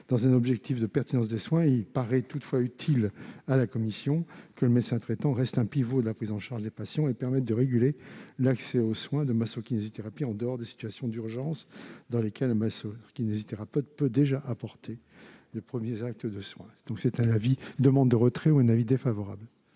dans un objectif de pertinence des soins, qu'il était utile que le médecin traitant reste un pivot de la prise en charge des patients et permette de réguler l'accès aux soins de masso-kinésithérapie en dehors des situations d'urgence, dans lesquelles un masseur-kinésithérapeute peut déjà apporter les premiers actes de soins. La commission sollicite donc le retrait de ces amendements.